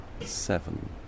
seven